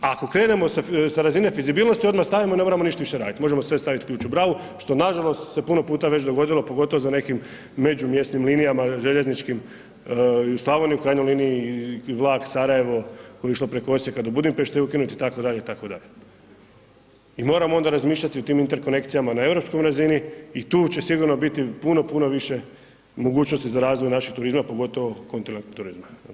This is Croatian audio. A ako krenemo sa razine fizibilnosti odmah stajemo, ne moramo ništa više radi radit, možemo sve staviti ključ u bravu, što nažalost, se puno puta se već dogodilo, pogotovo za nekim međumjesnim linijama željezničkim i u Slavoniji u krajnjoj liniji i vlak Sarajevo koji je išlo preko Osijeka do Budimpešte ukinut je itd., itd. i moramo onda razmišljati o tim interkonekcijama na europskoj razini i tu će sigurno biti puno, puno više mogućnosti za razvoj našeg turizma, pogotovo kontinentalnog turizma.